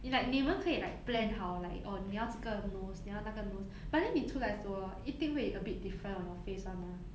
like 你们可以 like plan 好 like orh 你要这个 nose 你要那个 nose but then 你出来的时候 hor 一定会 a bit different on your face [one] ah